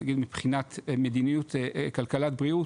נגיד מבחינת מדיניות כלכלת בריאות,